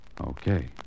Okay